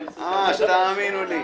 תאמינו לי.